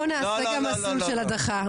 אז בוא נעשה גם מסלול של הדחה,